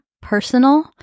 personal